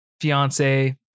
fiance